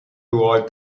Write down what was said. toward